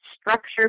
structure